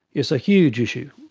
it's a huge issue,